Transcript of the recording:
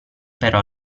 però